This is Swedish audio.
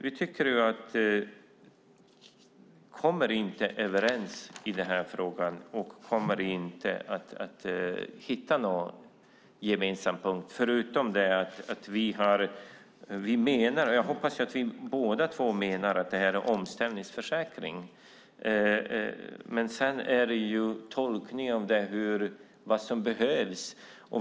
Vi kommer inte överens i den här frågan och kommer inte att hitta någon gemensam ståndpunkt, förutom att vi båda menar - hoppas jag - att detta är en omställningsförsäkring. Sedan handlar det om tolkning av vad som behövs.